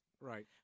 right